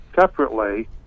separately